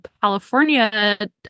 California